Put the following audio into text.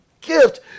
gift